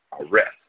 arrest